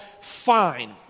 fine